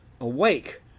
Awake